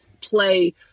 play